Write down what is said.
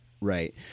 Right